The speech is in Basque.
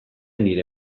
nire